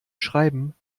schreiben